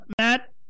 Matt